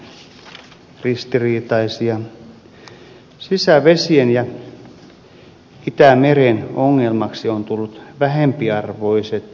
sisävesien ja itämeren ongelmaksi ovat tulleet vähempiarvoiset särkikalat